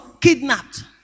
kidnapped